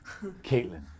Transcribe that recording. Caitlin